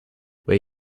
where